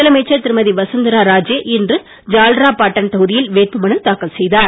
முதலமைச்சர் திருமதி வசுந்தரா ராஜே இன்று ஜால்ரா பாட்டன் தொகுதியில் வேட்புமனு தாக்கல் செய்தார்